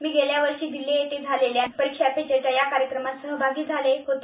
मी गेल्या वर्षी दिल्ली येथे झालेल्या परीक्षा पे चर्चा या कार्यक्रमात सहभागी झाले होते